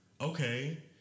Okay